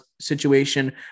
situation